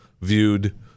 viewed